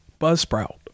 Buzzsprout